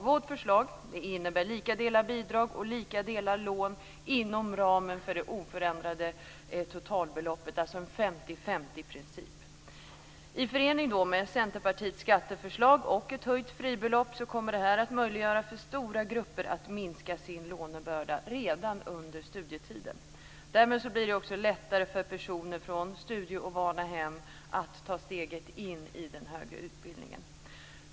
Vårt förslag innebär lika delar bidrag och lika delar lån inom ramen för det oförändrade totalbeloppet, alltså en 50-50-princip. I förening med Centerpartiets skatteförslag och ett höjt fribelopp kommer det här att möjliggöra för stora grupper att minska sin lånebörda redan under studietiden. Därmed blir det också lättare för personer från studieovana hem att ta steget in i den högre utbildningen.